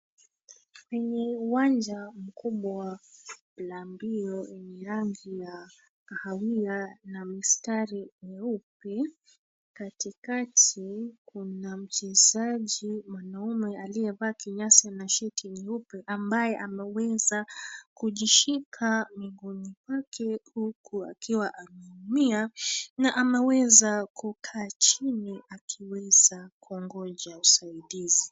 Kwenye uwanja mkubwa la mbio enye rangi ya kahawia na mistari nyeupe, katikati kuna mchezaji mwanaume aliyevaa kinyasa na sheti nyeupe, ambaye ameweza kujishika miguuni pake huku akiwa ameumia na ameweza kukaa chini akiweza kuongoja usaidizi.